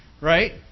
Right